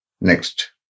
Next